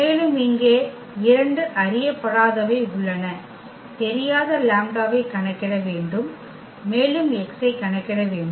மேலும் இங்கே இரண்டு அறியப்படாதவை உள்ளன தெரியாத லாம்ப்டாவைக் கணக்கிட வேண்டும் மேலும் x ஐ கணக்கிட வேண்டும்